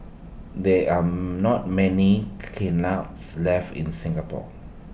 there are not many kilns left in Singapore